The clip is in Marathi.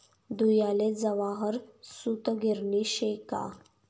धुयाले जवाहर सूतगिरणी शे का